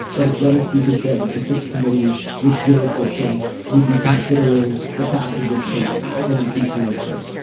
but it's when the speaker said that the six committees with jurisdiction would be considering the facts of this case as an impeachment inquiry.